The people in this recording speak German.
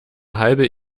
halbe